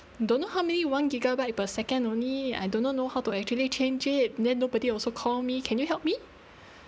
don't know how many one gigabyte per second only I do not know how to actually change it then nobody also call me can you help me